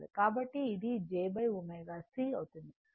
కాబట్టి ఇది j ω C